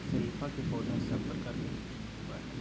शरीफा के पौधा सब प्रकार के मिट्टी में होवअ हई